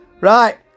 Right